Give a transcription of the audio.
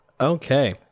Okay